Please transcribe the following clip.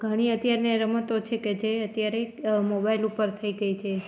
ઘણી અત્યારની રમતો છે કે જે અત્યારે મોબાઈલ ઉપર થઈ ગઈ છે